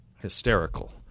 hysterical